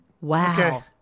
Wow